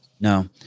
No